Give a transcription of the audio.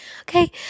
okay